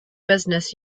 business